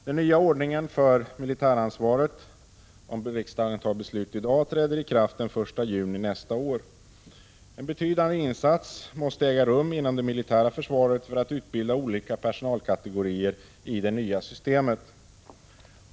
Den nya ordningen för militäransvaret träder — om riksdagen tar beslut i dag i kraft den 1 juni nästa år. En betydande insats måste äga rum inom det militära försvaret för att utbilda olika personalkategorier i det nya systemet.